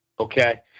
Okay